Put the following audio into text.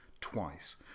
twice